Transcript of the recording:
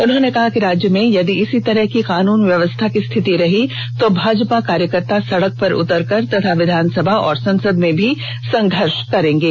उन्होंने कहा कि राज्य में यदि इसी तरह की कानून व्यवस्था की स्थिति रही तो भाजपा कार्यकर्त्ता सड़क पर उतर कर तथा विधानसभा और संसद में भी संघर्ष करेंगे